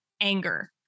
anger